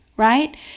right